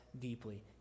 deeply